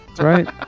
right